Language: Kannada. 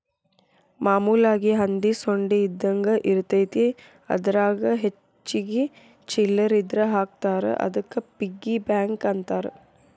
ಮಾಮೂಲಾಗಿ ಹಂದಿ ಸೊಂಡಿ ಇದ್ದಂಗ ಇರತೈತಿ ಅದರಾಗ ಹೆಚ್ಚಿಗಿ ಚಿಲ್ಲರ್ ಇದ್ರ ಹಾಕ್ತಾರಾ ಅದಕ್ಕ ಪಿಗ್ಗಿ ಬ್ಯಾಂಕ್ ಅಂತಾರ